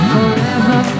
Forever